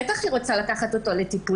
בטח היא רוצה לקחת את הילדה לטיפולים,